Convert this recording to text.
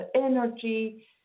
energy